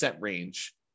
range